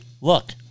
look